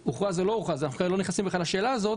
לא נכנסים לשאלה הזאת.